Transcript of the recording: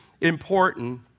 important